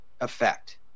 effect